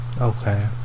Okay